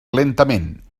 lentament